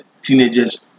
teenagers